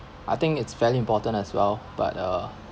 I think it's fairly important as well but uh